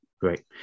Great